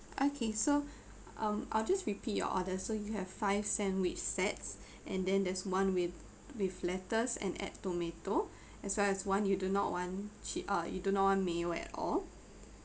okay so um I'll just repeat your orders so you have five sandwich sets and then there's one with with lettuce and add tomato as well as one you do not want ch~ uh you do not want mayo at all